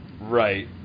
Right